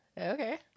Okay